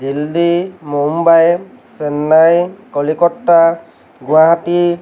Delhi Mumbai Chennai Kolkata Guwahati